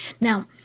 Now